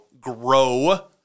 grow